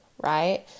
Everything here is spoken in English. right